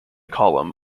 column